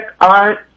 art